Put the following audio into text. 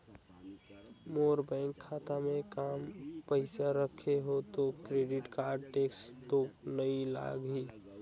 मोर bank खाता मे काम पइसा रखे हो तो क्रेडिट कारड टेक्स तो नइ लाही???